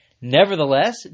nevertheless